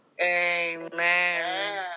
Amen